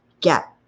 get